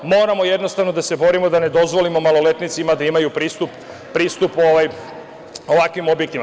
Moramo jednostavno da se borimo da ne dozvolimo maloletnicima da imaju pristup ovakvim objektima.